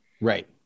Right